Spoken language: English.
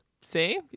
See